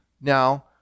now